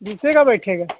बीस का बैठेगा